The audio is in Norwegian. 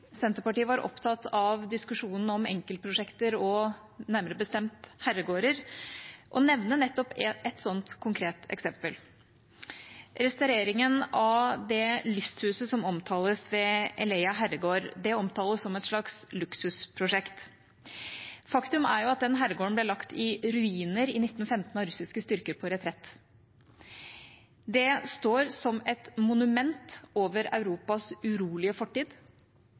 Senterpartiet var opptatt av diskusjonen om enkeltprosjekter og nærmere bestemt herregårder – å nevne nettopp et sånt konkret eksempel. Restaureringen av lysthuset ved Eleja herregård i Latvia omtales som et slags luksusprosjekt. Faktum er at den herregården ble lagt i ruiner i 1915 av russiske styrker på retrett. Den står som et monument over Europas urolige fortid,